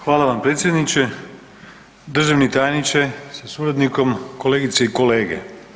Hvala vam predsjedniče, državni tajniče sa suradnikom, kolegice i kolege.